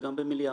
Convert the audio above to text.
וגם במיליארד.